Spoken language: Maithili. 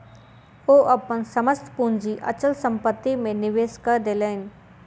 ओ अपन समस्त पूंजी अचल संपत्ति में निवेश कय देलैन